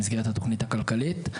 במסגרת התכנית הכלכלית.